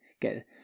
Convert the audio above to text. get